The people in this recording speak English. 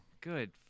Good